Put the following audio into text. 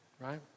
right